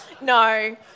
No